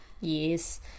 Yes